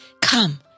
Come